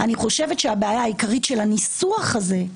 אני חושבת שהבעיה העיקרית של הניסוח הזה,